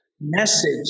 message